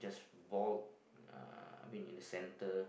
just bald uh I mean in the center